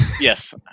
Yes